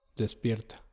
Despierta